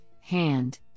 hand